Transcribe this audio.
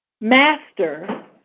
Master